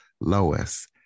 Lois